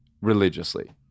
religiously